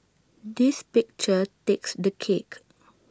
this picture takes the cake